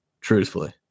truthfully